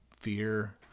fear